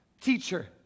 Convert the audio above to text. teacher